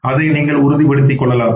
அதை நீங்கள் உறுதிப்படுத்திக் கொள்ளலாம்